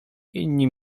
inni